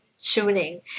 tuning